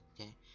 okay